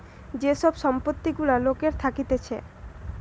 যে সব সম্পত্তি গুলা লোকের থাকতিছে